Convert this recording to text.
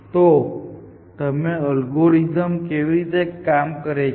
તો તમે જોયું અલ્ગોરિધમ કેવી રીતે કામ કરે છે